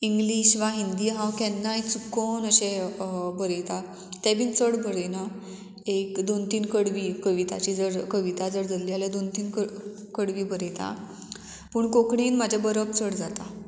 English वा हिंदी हांव केन्नाय चुकोन अशें बरयता तें बीन चड बरयना एक दोन तीन कडवी कविता जर कविता जर जल्ली जाल्यार दोन तीन क कडवी बरयता पूण कोंकणीन म्हाजे बरोवप चड जाता